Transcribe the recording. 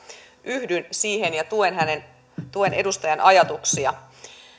yhdyn siihen ja tuen edustajan ajatuksia